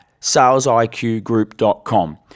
salesiqgroup.com